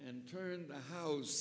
and turned the house